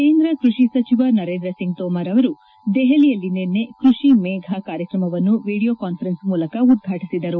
ಕೇಂದ್ರ ಕೃಷಿ ಸಚಿವ ನರೇಂದ್ರ ಸಿಂಗ್ ತೋಮರ್ ಅವರು ದೆಹಲಿಯಲ್ಲಿ ನಿನ್ನೆ ಕೃಷಿ ಮೇಘ ಕಾರ್ಯಕ್ರಮವನ್ನು ವಿಡೀಯೋ ಕಾನ್ಫರೆನ್ಸ್ ಮೂಲಕ ಉದ್ಘಾಟಿಸಿದರು